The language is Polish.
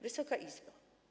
Wysoka Izbo!